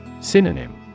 Synonym